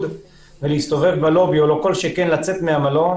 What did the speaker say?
ולהסתובב בלובי או אפילו לצאת מהמלון,